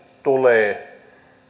tulee